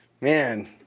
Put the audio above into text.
man